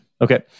Okay